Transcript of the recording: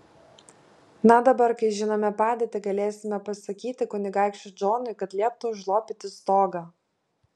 na dabar kai žinome padėtį galėsime pasakyti kunigaikščiui džonui kad lieptų užlopyti stogą